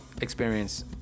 experience